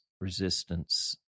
resistance